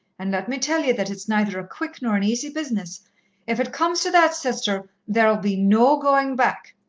and let me tell ye that it's neither a quick nor an easy business if it comes to that, sister, there'll be no going back.